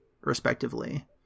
respectively